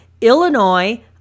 Illinois